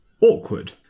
awkward